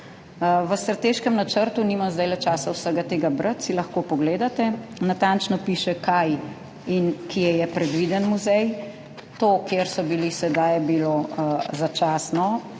V strateškem načrtu, nimam zdaj časa vsega tega brati, si lahko pogledate, natančno piše, kaj in kje je predviden muzej. Tam, kjer so bili sedaj, je bilo začasno,